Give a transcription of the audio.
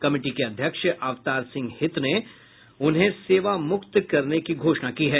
committee के अध्यक्ष अवतार सिंह हित ने उन्हें सेवामुक्त करने की घोषणा की है